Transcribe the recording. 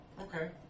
Okay